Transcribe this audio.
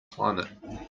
climate